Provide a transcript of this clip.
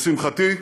לשמחתי,